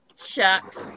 Shucks